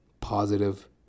positive